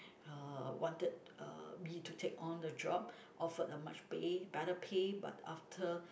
uh wanted uh me to take on the job offered a much pay better pay but after